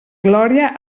glòria